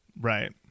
Right